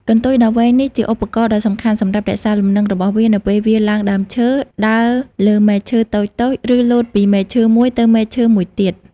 កន្ទុយដ៏វែងនេះជាឧបករណ៍ដ៏សំខាន់សម្រាប់ រក្សាលំនឹងរបស់វា នៅពេលវាឡើងដើមឈើ ដើរលើមែកឈើតូចៗ ឬលោតពីមែកឈើមួយទៅមែកឈើមួយទៀត។